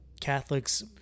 Catholics—